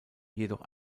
jedoch